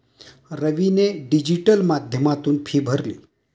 रवीने डिजिटल माध्यमातून फी भरली